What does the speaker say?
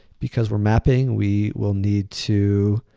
because we're mapping we will need to